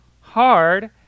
hard